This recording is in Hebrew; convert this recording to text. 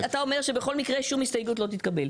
אתה אומר שבכל מקרה שום הסתייגות לא תתקבל.